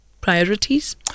priorities